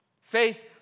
Faith